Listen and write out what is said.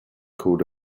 called